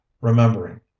remembering